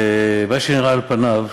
ומה שנראה על פניו,